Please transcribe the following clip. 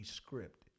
script